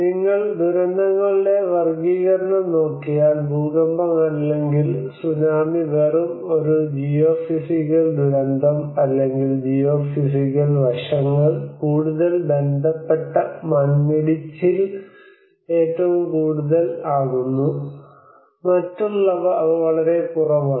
നിങ്ങൾ ദുരന്തങ്ങളുടെ വർഗ്ഗീകരണം നോക്കിയാൽ ഭൂകമ്പം അല്ലെങ്കിൽ സുനാമി വെറും ഒരു ജിയോഫിസിക്കൽ ദുരന്തം അല്ലെങ്കിൽ ജിയോഫിസിക്കൽ വശങ്ങൾ കൂടുതൽ ബന്ധപ്പെട്ട മണ്ണിടിച്ചിൽ ഏറ്റവും കൂടുതൽ ആകുന്നു മറ്റുള്ളവ അവ വളരെ കുറവാണ്